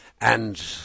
And